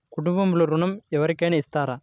కుటుంబంలో ఋణం ఎవరికైనా ఇస్తారా?